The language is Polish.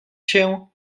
się